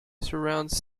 surrounds